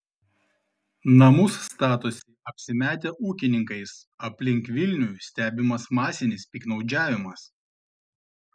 namus statosi apsimetę ūkininkais aplink vilnių stebimas masinis piktnaudžiavimas